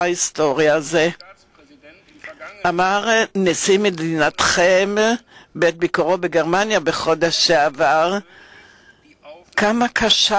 ההיסטורי הזה אמר נשיא מדינתכם בביקורו בגרמניה בחודש שעבר כמה קשה